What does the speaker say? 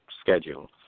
schedule